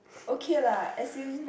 okay lah as in